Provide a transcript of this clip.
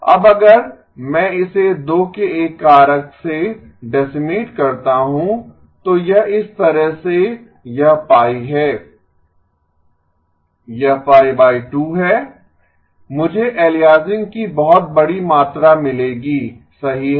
अब अगर मैं इसे 2 के एक कारक से डेसिमेट करता हूं तो यह इस तरह से यह π है यह है मुझे एलियासिंग की बहुत बड़ी मात्रा मिलेगी सही है